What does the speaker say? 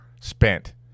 spent